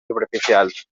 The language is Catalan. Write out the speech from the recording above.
superficials